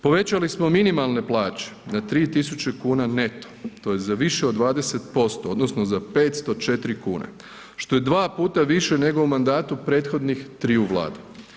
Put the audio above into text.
Povećali smo minimalne plaće na 3 tisuće kuna neto, to je za više od 20%, odnosno za 504 kune što je dva puta više nego u mandatu prethodnih triju Vlada.